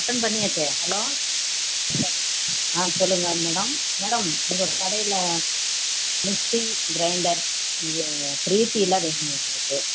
attend பண்ணியாச்சே hello ஆ சொல்லுங்கள் மேடம் மேடம் உங்க கடையில் மிக்ஸி கிரைண்டர் இது பிரீட்டிலாம் வேணும் எங்களுக்கு